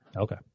Okay